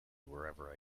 wherever